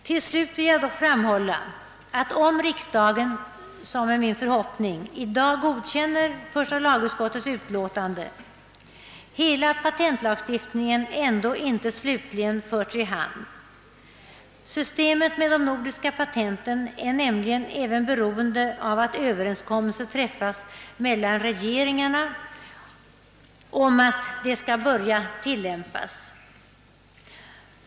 Till slut vill jag framhålla att om riksdagen, vilket är min förhoppning, i dag godkänner första lagutskottets utlåtande, har hela patentlagstiftningen ändå inte slutligt förts i hamn. Systemet med de nordiska patenten är nämligen beroende av att överenskommelse träffas mellan regeringarna om att det skall börja tillämpas.